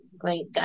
Great